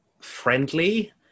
friendly